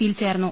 സിയിൽ ചേർന്നു